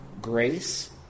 grace